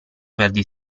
perdi